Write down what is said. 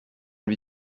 lui